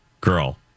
girl